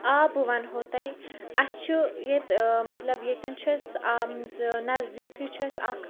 آ بہٕ وَنہو تۄہہِ اَسہِ چھُ ییٚتہِ مَطلَب ییٚتٮ۪ن چھُ اَسہِ نَذدیٖکھٕے چھُ اَسہِ اکھ